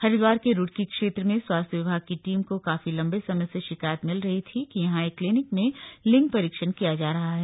हरिद्वार के रूड़की क्षेत्र में स्वास्थ्य विभाग की टीम को काफी लंबे समय से शिकायत मिल रही थी कि यहां एक क्लीनिक में लिंग परीक्षण किया जा रहा है